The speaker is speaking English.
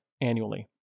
annually